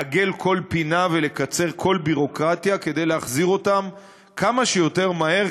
לעגל כל פינה ולקצר כל ביורוקרטיה כדי להחזיר אותם כמה שיותר מהר,